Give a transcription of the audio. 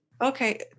Okay